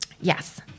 Yes